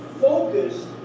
focused